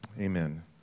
Amen